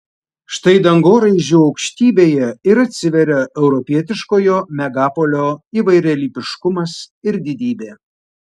štai dangoraižių aukštybėje ir atsiveria europietiškojo megapolio įvairialypiškumas ir didybė